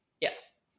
Yes